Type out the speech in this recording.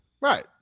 right